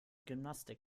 gymnastik